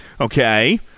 Okay